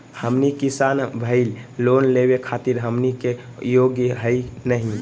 हमनी किसान भईल, लोन लेवे खातीर हमनी के योग्य हई नहीं?